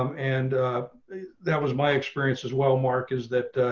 um and that was my experience as well. mark is that